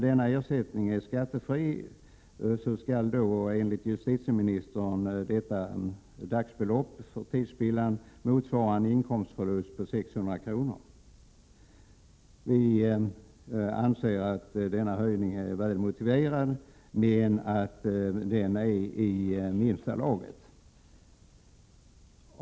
Denna ersättning är skattefri och skall därför enligt justitieministern motsvara en inkomstförlust på 600 kr. Vi anser att denna höjning är väl motiverad men att den är i minsta laget.